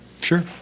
sure